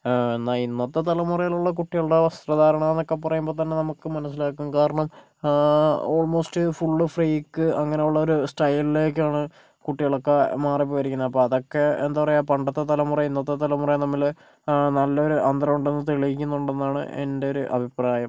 എന്നാൽ ഇന്നത്തെ തലമുറയിൽ ഉള്ള കുട്ടികളുടെ വസ്ത്രധാരണം എന്നൊക്കെ പറയുമ്പോൾ തന്നെ നമുക്ക് മനസ്സിലാക്കാൻ കാരണം ഓൾമോസ്റ്റ് ഫുള്ള് ഫ്രീക്ക് അങ്ങനെയുള്ള ഒരു സ്റ്റൈലിലേക്കാണ് കുട്ടികളൊക്കെ മാറിപ്പോയിരിക്കുന്നത് അപ്പോൾ അതൊക്കെ എന്താ പറയുക പണ്ടത്തെ തലമുറ ഇന്നത്തെ തലമുറയും തമ്മിൽ നല്ലൊരു അന്തരം ഉണ്ടെന്ന് തെളിയിക്കുന്നുണ്ടെന്നാണ് എൻറെ ഒരു അഭിപ്രായം